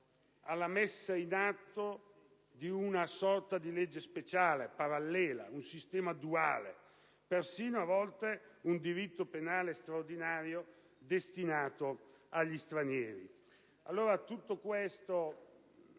alla messa in atto di una sorta di legge speciale parallela, un sistema duale, persino a volte un diritto penale straordinario destinato agli stranieri.